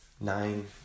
nine